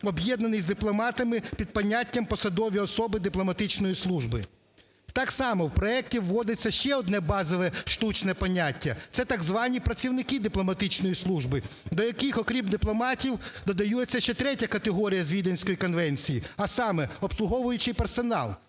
об'єднаний з дипломатами під поняттям "посадові особи дипломатичної служби". Так само в проекті вводиться ще одне базове штучне поняття, це так звані "працівники дипломатичної служби", до яких, окрім дипломатів, додається ще третя категорія з Віденської конвенції, а саме "обслуговуючий персонал",